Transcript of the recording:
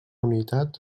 unitat